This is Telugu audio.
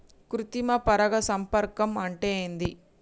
కృత్రిమ పరాగ సంపర్కం అంటే ఏంది?